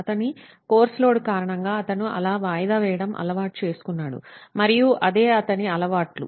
అతని course load కారణంగా అతను అలా వాయిదా వేయడం అలవాటు చేసుకున్నాడు మరియు అదే అతని అలవాట్లు